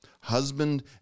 husband